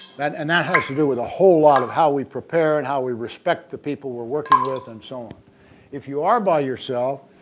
and that has to do with a whole lot of how we prepare and how we respect the people we're working with and so on if you are by yourself,